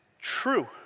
true